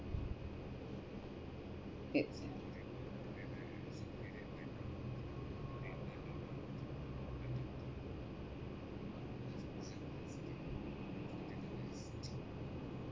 it's